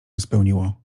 spełniło